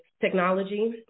technology